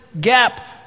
gap